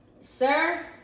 Sir